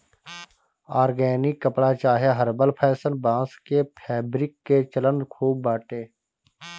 organic कपड़ा चाहे herbal fashion, बांस के फैब्रिक के चलन खूब बाटे